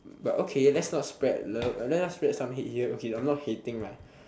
but okay let's not spread love let us spread some hate here okay I'm not hating lah